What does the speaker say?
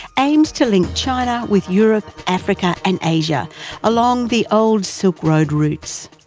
aims to link china with europe, africa and asia along the old silk road routes.